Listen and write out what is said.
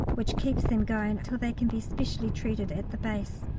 which keeps them going till they can be specially treated at the base.